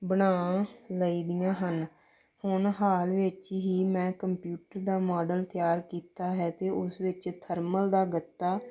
ਬਣਾ ਲਈ ਦੀਆਂ ਹਨ ਹੁਣ ਹਾਲ ਵਿੱਚ ਹੀ ਮੈਂ ਕੰਪਿਊਟਰ ਦਾ ਮਾਡਲ ਤਿਆਰ ਕੀਤਾ ਹੈ ਅਤੇ ਉਸ ਵਿੱਚ ਥਰਮਲ ਦਾ ਗੱਤਾ